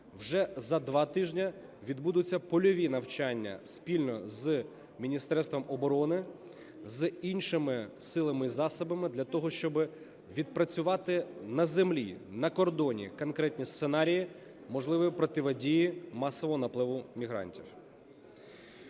Вже за два тижні відбудуться польові навчання спільно з Міністерством оборони, з іншими силами і засобами для того, щоби відпрацювати на землі, на кордоні конкретні сценарії можливої протидії масовому напливу мігрантів.